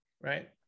right